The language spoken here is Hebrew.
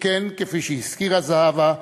שכן, כפי שהזכירה זהבה,